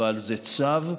זה צו,